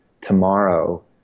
tomorrow